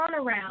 turnaround